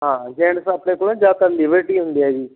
ਹਾਂ ਜੈਂਟਸ ਆਪਣੇ ਕੋਲ ਜ਼ਿਆਦਾਤਰ ਲਿਬਰਟੀ ਹੁੰਦੇ ਆ ਜੀ